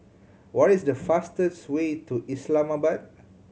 what is the fastest way to Islamabad